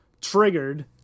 triggered